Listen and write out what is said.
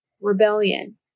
rebellion